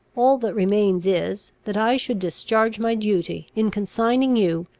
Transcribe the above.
all that remains is, that i should discharge my duty, in consigning you,